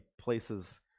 places